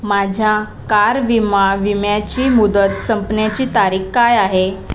माझ्या कार विमा विम्याची मुदत संपण्याची तारीख काय आहे